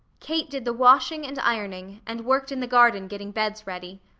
kate did the washing and ironing, and worked in the garden getting beds ready.